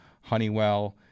Honeywell